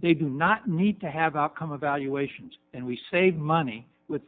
they do not need to have outcome of valuations and we see money with